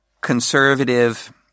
conservative